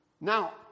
Now